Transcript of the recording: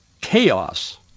chaos